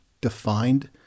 defined